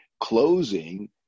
closing